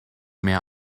mehr